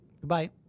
goodbye